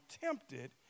tempted